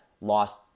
Lost